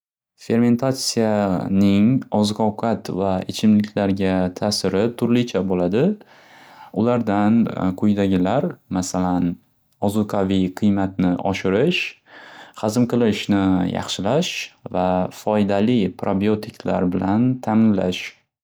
Fermentatsiyaning oziq ovqat va ichimliklarga ta'siri turlicha bo'ladi. Ulardan quyidagilar masalan ozuqaviy qiymatni oshirish xazm qilishni yaxshilash va foydali prabiotiklar bilan ta'minlash.